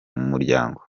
muryango